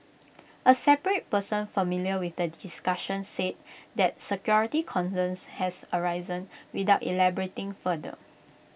A separate person familiar with the discussions said that security concerns has arisen without elaborating further